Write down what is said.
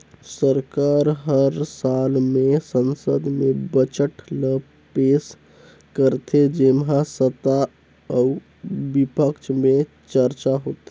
सरकार हर साल में संसद में बजट ल पेस करथे जेम्हां सत्ता अउ बिपक्छ में चरचा होथे